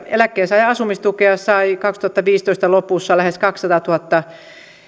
eläkkeensaajan asumistukea sai vuoden kaksituhattaviisitoista lopussa lähes kaksisataatuhatta